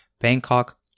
Bangkok